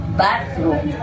bathroom